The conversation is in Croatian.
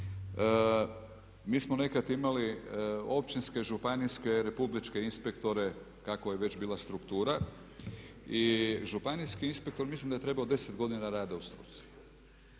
mi smo nekad imali općinske, županijske, republičke inspektore kakva je već bila struktura i županijski inspektor mislim da je trebao 10 godina rada u struci,